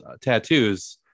tattoos